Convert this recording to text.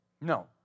no